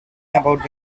about